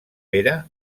pere